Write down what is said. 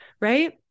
right